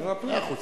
מאה אחוז.